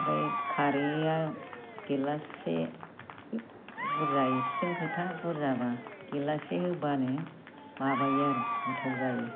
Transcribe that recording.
ओमफ्राय खारैया गिलाससे बुरजा एसेजों खोथा बुरजाबा गिलाससे होबानो माबायो आरो गोथाव जायो